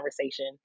conversation